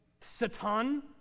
Satan